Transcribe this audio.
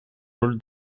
роль